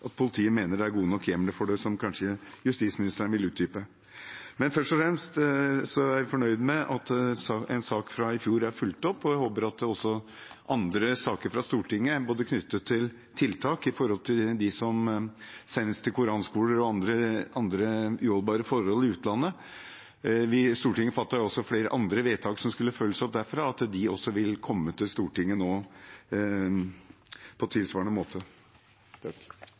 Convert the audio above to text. gode nok hjemler for det – om justisministeren vil utdype det. Men først og fremst er jeg fornøyd med at en sak fra i fjor er fulgt opp. Jeg håper at også andre saker fra Stortinget knyttet til tiltak for dem som sendes til koranskoler og andre uholdbare forhold i utlandet – Stortinget fattet også flere andre vedtak som skulle følges opp – vil komme til Stortinget nå på tilsvarende måte.